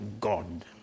God